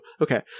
okay